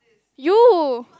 you